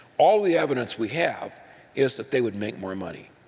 all the evidence we have is that they would make more money,